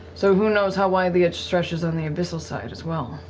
so who knows how wide the reach stretches on the abyssal side as well.